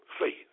faith